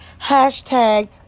Hashtag